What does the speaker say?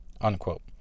unquote